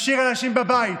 משאיר אנשים בבית,